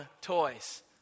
toys